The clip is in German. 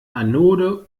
anode